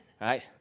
right